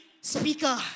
speaker